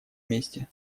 месте